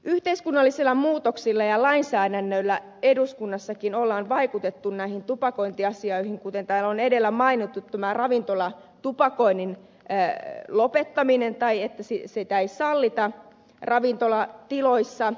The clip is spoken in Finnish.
yhteiskunnallisilla muutoksilla ja lainsäädännöllä eduskunnassakin on vaikutettu näihin tupakointiasioihin kuten täällä on edellä mainittu tämä ravintolatupakoinnin lopettaminen se että tupakointia ei sallita ravintolatiloissa